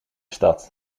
stad